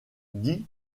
dits